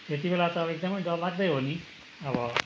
त्यति बेला त अब एकदमै डरलाग्दै हो नि अब